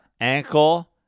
Ankle